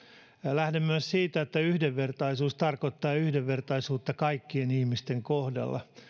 lähden myös siitä että yhdenvertaisuus tarkoittaa yhdenvertaisuutta kaikkien ihmisten kohdalla